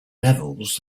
levels